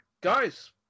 guys